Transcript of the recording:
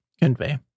convey